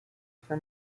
for